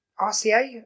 RCA